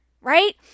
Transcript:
Right